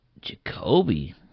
Jacoby